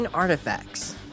Artifacts